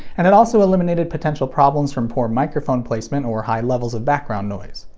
and it also eliminated potential problems from poor microphone placement or high levels of background noise.